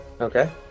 Okay